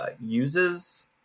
uses